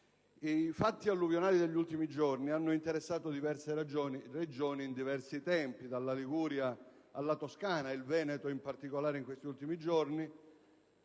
I fatti alluvionali degli ultimi giorni hanno interessato diverse regioni in diversi tempi: dalla Liguria, alla Toscana, al Veneto, in particolare, in questi ultimi giorni.